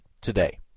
today